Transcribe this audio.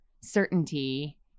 certainty